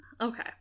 Okay